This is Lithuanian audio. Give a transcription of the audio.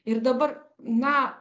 ir dabar na